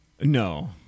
No